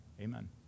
Amen